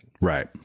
Right